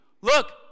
Look